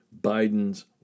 Biden's